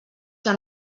que